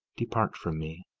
depart from me,